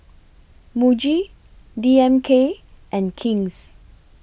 Muji D M K and King's